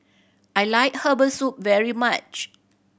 I like herbal soup very much